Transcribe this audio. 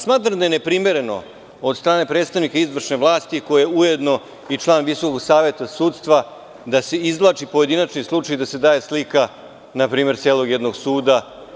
Smatram da je neprimereno od strane predstavnika izvršne vlasti, koji je ujedno i član VSS, da se izvlači pojedinačni slučaj i da se daje slika, na primer, celog jednog suda.